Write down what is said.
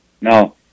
No